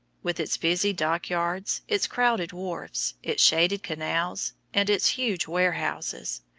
with its busy dockyards, its crowded wharfs, its shaded canals, and its huge warehouses.